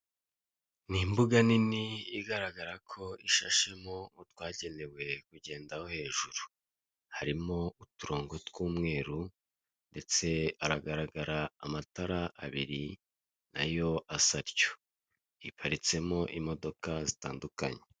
Ni imbuga nini igaragara ko ishashemo utwagenewe kugendaho hejuru, harimo uturongo tw'umweru ndetse garagara amatara abiri nayo asa atyo, hiparitsemo imodoka zitandukanye.